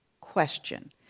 question